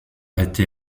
été